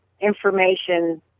information